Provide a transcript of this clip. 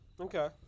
Okay